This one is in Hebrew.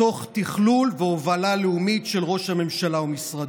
תוך תכלול והובלה לאומית של ראש הממשלה ומשרדו.